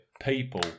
people